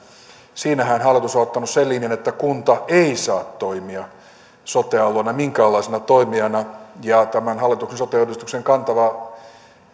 siinähän hallitus on ottanut sen linjan että kunta ei saa toimia sote alueella minkäänlaisena toimijana ja tämän hallituksen sote uudistuksen kantava